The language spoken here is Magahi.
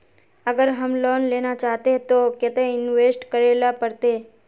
अगर हम लोन लेना चाहते तो केते इंवेस्ट करेला पड़ते?